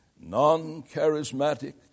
Non-charismatic